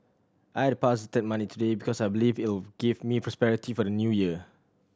I deposited money today because I believe it will give me prosperity for the New Year